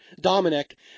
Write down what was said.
Dominic